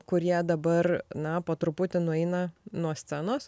kurie dabar na po truputį nueina nuo scenos